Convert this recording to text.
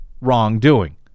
wrongdoing